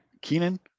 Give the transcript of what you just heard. Keenan